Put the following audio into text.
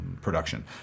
production